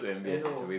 I know